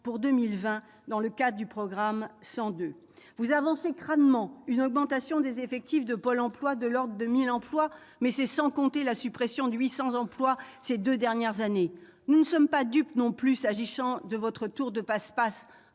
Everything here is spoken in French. pour 2020, dans le cadre du programme 102. Vous soulignez crânement une augmentation des effectifs de Pôle emploi de l'ordre de 1 000 emplois, mais c'est compter sans la suppression de 800 emplois au cours des deux dernières années. Nous ne sommes pas non plus dupes en ce qui concerne votre tour de passe-passe